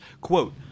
Quote